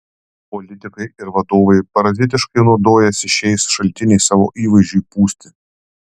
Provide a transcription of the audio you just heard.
politikai ir vadovai parazitiškai naudojasi šiais šaltiniais savo įvaizdžiui pūsti